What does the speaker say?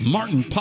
Martin